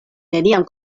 neniam